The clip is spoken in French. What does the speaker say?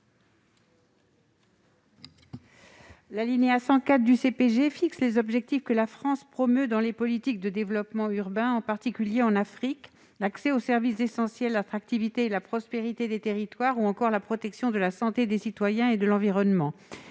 L'alinéa 104 du CPG fixe les objectifs que la France promeut dans les politiques de développement urbain, en particulier en Afrique :« l'accès aux services essentiels, l'attractivité et la prospérité des territoires ou encore la protection de la santé des citoyens et de l'environnement